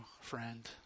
friend